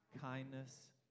kindness